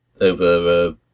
over